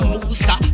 Musa